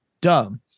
dumb